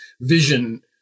vision